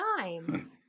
time